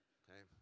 okay